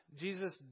Jesus